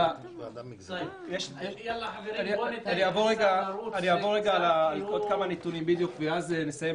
אני אעבור על עוד כמה נתונים ואז נסיים